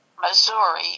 Missouri